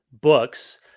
books